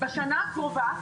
בשנה הקרובה.